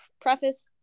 preface